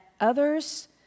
others